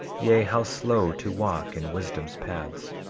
yea, how slow to walk in wisdom's paths!